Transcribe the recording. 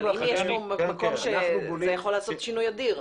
אבל יש כאן מקום שאתה יכול לעשות שינוי אדיר.